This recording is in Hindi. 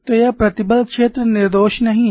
तो यह प्रतिबल क्षेत्र निर्दोष नहीं है